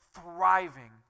thriving